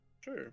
Sure